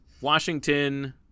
Washington